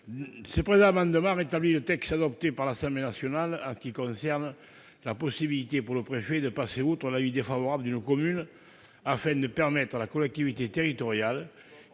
Le présent amendement vise à rétablir le texte adopté par l'Assemblée nationale en ce qui concerne la possibilité, pour le préfet, de passer outre l'avis défavorable d'une commune, afin de permettre à la collectivité territoriale